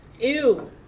Ew